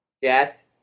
Yes